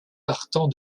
partant